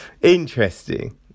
interesting